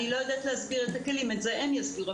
אני לא יודעת להסביר את הכלים את זה הם יסבירו.